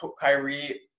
Kyrie